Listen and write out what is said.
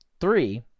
three